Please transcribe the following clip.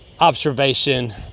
observation